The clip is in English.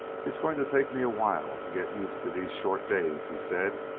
it's going to take me a while to get used to these short days, he said.